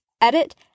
edit